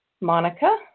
Monica